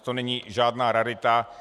To není žádná rarita.